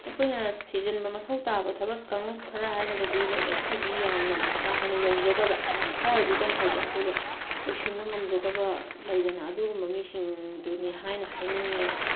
ꯑꯩꯈꯣꯏꯅ ꯊꯤꯖꯤꯟꯕ ꯃꯊꯧ ꯇꯥꯕ ꯊꯕꯛ ꯀꯥꯡꯂꯨꯞ ꯈꯔ ꯍꯥꯏꯔꯒꯗꯤ ꯂꯥꯏꯔꯤꯛ ꯂꯥꯏꯁꯨꯗꯤ ꯌꯥꯝ ꯀꯥꯍꯦꯟꯅ ꯌꯧꯖꯗꯕ ꯈꯔꯗꯤ ꯇꯝꯍꯧꯕ ꯑꯗꯨꯒ ꯂꯣꯏꯁꯤꯟꯕ ꯉꯝꯖꯗꯕ ꯂꯩꯗꯅ ꯑꯗꯨꯒꯨꯝꯕ ꯃꯤꯁꯤꯡꯗꯨꯅꯤ ꯍꯥꯏꯅ ꯍꯥꯏꯅꯤꯡꯏ